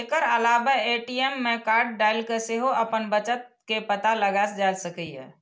एकर अलावे ए.टी.एम मे कार्ड डालि कें सेहो अपन बचत के पता लगाएल जा सकैए